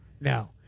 No